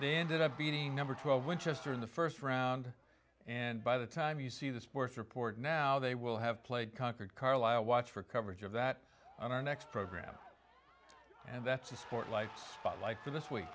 they ended up beating number twelve winchester in the first round and by the time you see the sports report now they will have played concord carlisle watch for coverage of that on our next program and that's the sport life's like for this week